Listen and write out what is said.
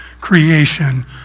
creation